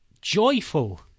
joyful